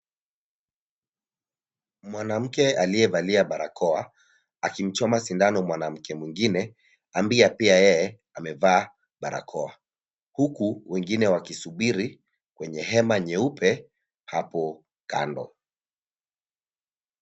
Mwanamke aliyevalia barakoa akimchoma sindano mwanamke mwingine ambaye pia yeye amevaa barakoa, huku wengine wakisubiri kwenye hema nyeupe hapo kando.